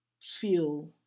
feel